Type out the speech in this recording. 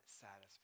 satisfied